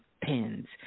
pins